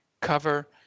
cover